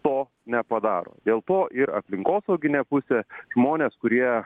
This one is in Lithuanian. to nepadaro dėl to ir aplinkosauginė pusė žmonės kurie